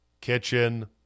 kitchen